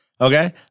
Okay